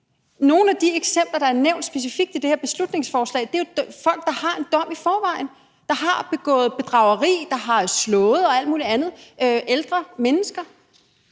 Nogle af de eksempler, der er nævnt specifikt i det her beslutningsforslag, er folk, der har en dom i forvejen, der har begået bedrageri, der har slået ældre mennesker